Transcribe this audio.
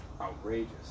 outrageous